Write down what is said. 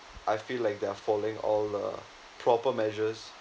I feel like they are following all uh proper measures